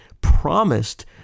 promised